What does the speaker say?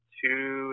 two